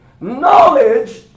Knowledge